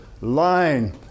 Line